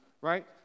right